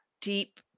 deep